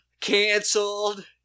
canceled